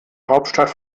hauptstadt